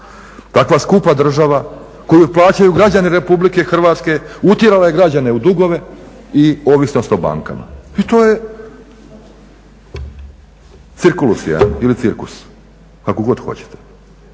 Takva skupa država koju plaćaju građani RH utjerala je građane u dugove i ovisnost o bankama i to je cirkulus jedan ili cirkus, kako god hoćete.